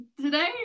Today